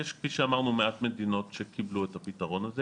ויש כפי שאמרנו מעט מדינות שקיבלו את המדינות האלה.